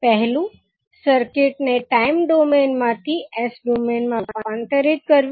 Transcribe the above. પહેલુ સર્કિટ ને time domain માંથી S ડોમેઇન માં રૂપાંતરિત કરવી